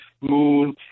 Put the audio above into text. moon